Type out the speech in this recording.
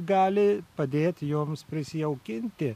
gali padėti jums prisijaukinti